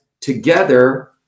together